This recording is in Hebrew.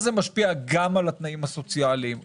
אז זה משפיע גם על התנאים הסוציאליים,